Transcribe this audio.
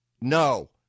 No